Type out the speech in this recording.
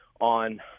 on